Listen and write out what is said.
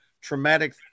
traumatic